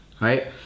right